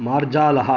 मार्जालः